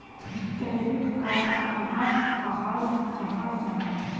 Credit card कहाक कहाल जाहा जाहा?